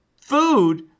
food